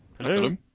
Hello